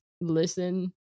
listen